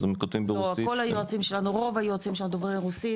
אז הם כותבים ברוסים --- רוב היועצים שלנו דוברי רוסית.